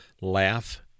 Laugh